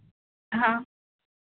हाँ